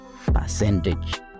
Percentage